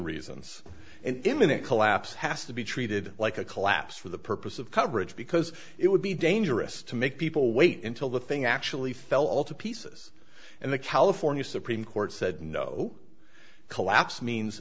reasons an imminent collapse has to be treated like a collapse for the purpose of coverage because it would be dangerous to make people wait until the thing actually fell to pieces and the california supreme court said no collapse means